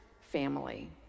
family